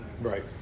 Right